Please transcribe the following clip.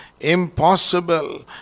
Impossible